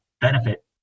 benefit